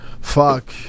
Fuck